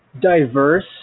diverse